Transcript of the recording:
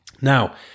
Now